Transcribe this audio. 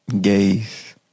gays